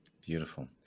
Beautiful